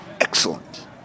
Excellent